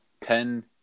Ten